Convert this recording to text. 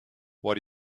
what